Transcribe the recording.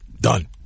Done